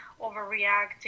overreacting